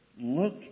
Look